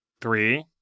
Three